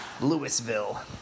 Louisville